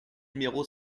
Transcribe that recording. numéro